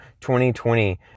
2020